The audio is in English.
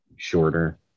shorter